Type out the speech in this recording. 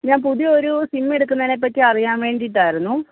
ഞാൻ പുതിയ ഒരു സിം എടുക്കുന്നതിനെപ്പറ്റി അറിയാൻ വേണ്ടിയിട്ടായിരുന്നു